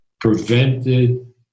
prevented